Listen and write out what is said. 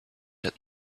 had